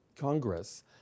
Congress